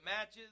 matches